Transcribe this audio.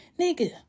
Nigga